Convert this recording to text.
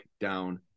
down